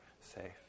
safe